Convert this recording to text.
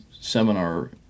seminar